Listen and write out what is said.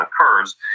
occurs